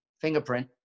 fingerprint